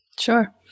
Sure